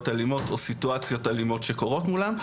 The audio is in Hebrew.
אלימות או סיטואציות אלימות שקורות מולם.